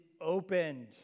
opened